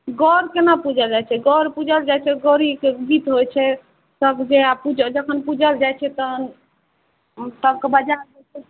गौर कोना पूजल जाइ छै गौर पूजल जाइ छै गौरीके गीत होइ छै सब जखन पूजल जाइ छै तऽ सबके बजाकऽ